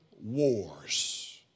wars